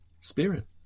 spirit